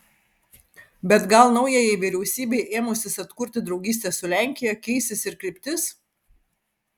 bet gal naujajai vyriausybei ėmusis atkurti draugystę su lenkija keisis ir kryptis